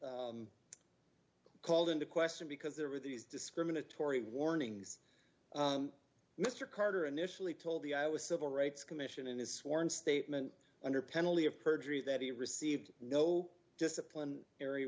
called into question because there were these discriminatory warnings mr carter initially told the i was civil rights commission in his sworn statement under penalty of perjury that he received no discipline a